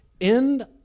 end